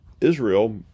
Israel